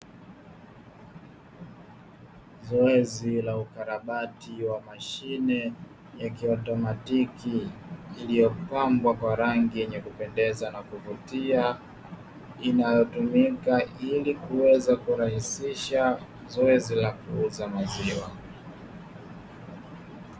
Zoezi la ukarabati wa mashine ya kiautomatiki iliyopambwa kwa rangi yenye kupendeza na kuvutia, inayotumika ili kuweza kurahisisha zoezi la kuuza maziwa.